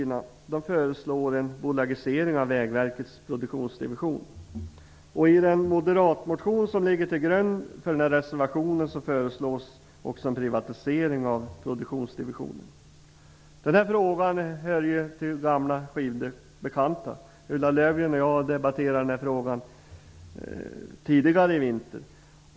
Den här frågan hör ju till gamla skivbekanta. Ulla Löfgren och jag har debatterat den här frågan tidigare i vinter.